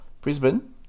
Brisbane